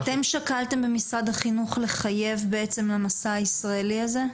אתם שקלתם במשרד החינוך לחייב בעצם במסע הישראלי הזה?